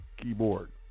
Keyboard